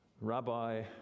Rabbi